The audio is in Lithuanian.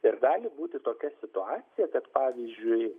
ir gali būti tokia situacija kad pavyzdžiui